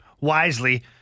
wisely